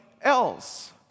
else